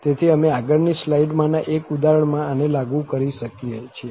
તેથી અમે આગળની સ્લાઇડમાંના એક ઉદાહરણમાં આને લાગુ કરી શકીએ છીએ